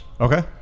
Okay